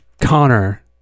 Connor